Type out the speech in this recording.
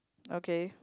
okay